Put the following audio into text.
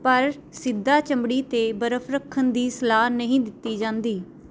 ਪਰ ਸਿੱਧਾ ਚਮੜੀ 'ਤੇ ਬਰਫ ਰੱਖਣ ਦੀ ਸਲਾਹ ਨਹੀਂ ਦਿੱਤੀ ਜਾਂਦੀ